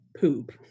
poop